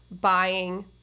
buying